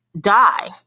die